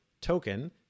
token